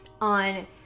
on